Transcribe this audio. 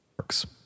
works